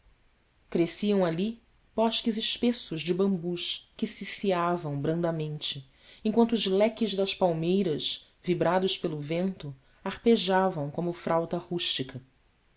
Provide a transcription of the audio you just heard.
cresciam ali bosques espessos de bambus que ciciavam brandamente enquanto os leques das palmeiras vibrados pelo vento arpejavam como frauta rústica